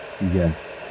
Yes